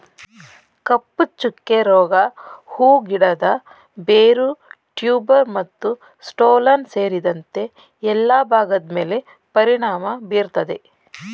ಕಪ್ಪುಚುಕ್ಕೆ ರೋಗ ಹೂ ಗಿಡದ ಬೇರು ಟ್ಯೂಬರ್ ಮತ್ತುಸ್ಟೋಲನ್ ಸೇರಿದಂತೆ ಎಲ್ಲಾ ಭಾಗದ್ಮೇಲೆ ಪರಿಣಾಮ ಬೀರ್ತದೆ